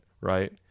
right